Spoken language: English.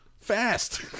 Fast